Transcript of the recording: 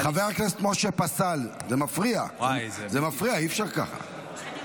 חבר הכנסת משה פסל, זה מפריע, אי-אפשר ככה.